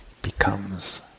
becomes